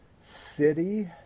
city